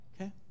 Okay